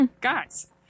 guys